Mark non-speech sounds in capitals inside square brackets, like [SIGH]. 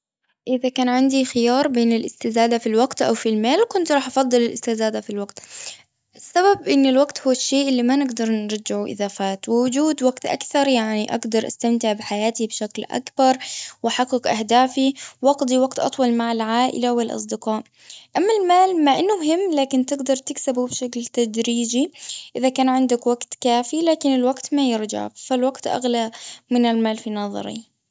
اه [NOISE] إذا كان عندي خيار بين، الإستزادة في الوقت، أو في المال، كنت راح أفضل الإستزادة في الوقت. [NOISE] السبب إن الوقت، هو الشيء اللي ما نجدر نرجعه إذا فات. [NOISE] ووجود وقت [NOISE] أكثر يعني أقدر أستمتع بحياتي [NOISE] بشكل أكبر، وأحقق أهدافي، [NOISE] واقضي وقت أطول مع العائلة، والأصدقاء. أما المال مع أنه مهم، لكن تقدر تكسبه، [NOISE] بشكل تدريجي، إذا كان عندك وقت كافي. لكن الوقت ما يرجع، فالوقت أغلى [HESITATION] من المال في نظري.